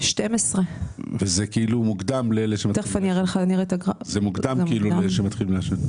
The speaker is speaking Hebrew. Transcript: בגיל 12. זה מוקדם לאלה שמתחילים לעשן.